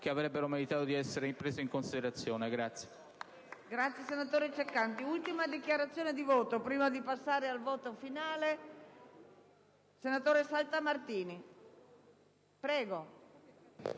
che avrebbe meritato di essere preso in considerazione.